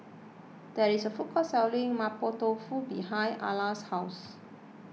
there is a food court selling Mapo Tofu behind Arla's house